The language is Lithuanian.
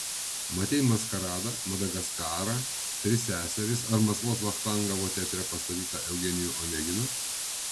matei maskaradą madagaskarą tris seseris ar maskvos vachtangovo teatre pastatytą eugenijų oneginą